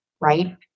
right